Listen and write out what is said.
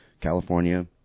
California